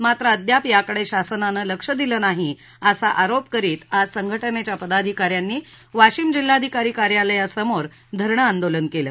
मात्र अद्याप याकडे शासनाने लक्ष दिले नाही असा आरोप करीत आज संघ जिच्या पदाधिकाऱ्यांनी वाशिम जिल्हाधिकारी कार्यालयासमोर धरणं आंदोलन केलं